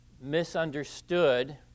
misunderstood